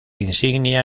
insignia